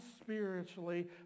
spiritually